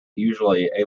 usually